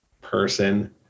person